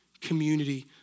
community